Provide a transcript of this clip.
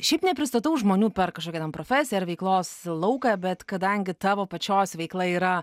šiaip nepristatau žmonių per kažkokią ten profesiją ar veiklos lauką bet kadangi tavo pačios veikla yra